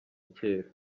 cyera